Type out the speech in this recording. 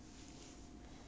没有啊